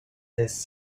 his